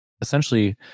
essentially